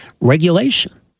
regulation